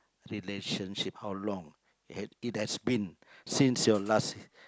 relationship how long it it has been since your last